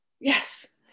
yes